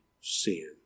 sin